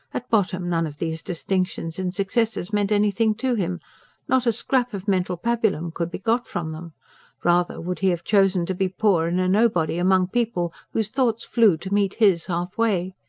at bottom, none of these distinctions and successes meant anything to him not a scrap of mental pabulum could be got from them rather would he have chosen to be poor and a nobody among people whose thoughts flew to meet his half-way.